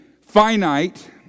finite